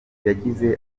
yagize